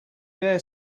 dare